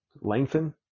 lengthen